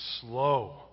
slow